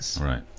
right